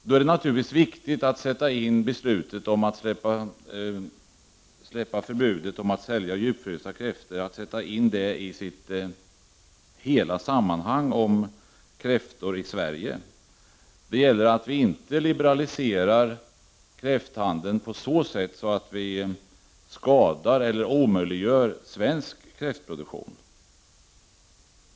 Det är naturligtvis viktigt att sätta in beslutet om att släppa förbudet att sälja djupfrysta kräftor i hela dess sammanhang gällande kräftor i Sverige. Det gäller för oss att inte liberalisera kräfthandeln på så sätt att vi skadar eller omöjliggör svensk kräftproduktion.